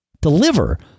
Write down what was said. deliver